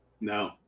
No